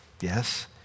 Yes